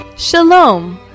Shalom